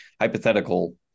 hypothetical